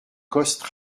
coste